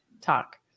talk